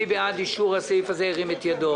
מי בעד אישור הסעיף הזה, ירים את ידו?